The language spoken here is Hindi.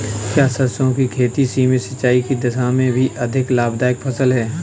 क्या सरसों की खेती सीमित सिंचाई की दशा में भी अधिक लाभदायक फसल है?